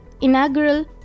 inaugural